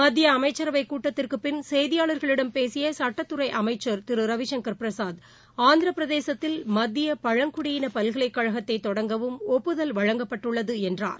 மத்தியஅமைச்சரவைகூட்டத்திற்குபின்செய்தியாளர்களிடம் பேசியசுட்டத்துறைத்துறைஅமைச்சர் திருரவிசங்கர் பிரசாத் ஆந்திரப்பிரதேசத்தில் மத்தியபழங்குடயினபல்கலைக்கழகத்தைதொடங்கவும் ஒப்புதல் வழங்கப்பட்டுள்ளதுஎன்றார்